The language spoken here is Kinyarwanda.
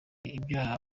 ibyaha